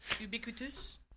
Ubiquitous